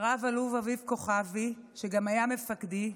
רב-אלוף אביב כוכבי, שגם היה מפקדי,